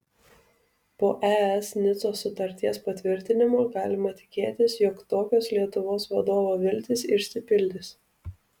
po es nicos sutarties patvirtinimo galima tikėtis jog tokios lietuvos vadovo viltys išsipildys